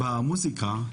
במוסיקה,